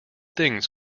things